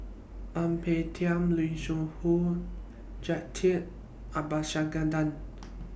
Ang Peng Tiam Lim Siong Who Jacintha Abisheganaden